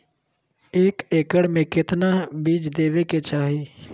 एक एकड़ मे केतना बीज देवे के चाहि?